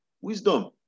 Wisdom